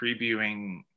previewing